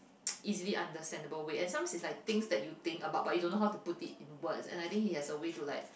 easily understandable way and sometimes it's like things that you think about but you don't know how to put it in words and I think he has a way to like